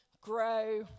grow